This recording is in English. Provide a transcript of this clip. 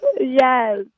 Yes